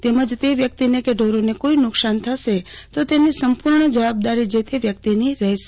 તેમજ તે વ્યકિતને કે ઢોરોને કોઇ નુકશાન થશે તો તેની સંપૂર્ણ જવાબદારી જે તે વ્યકિતની રહેશે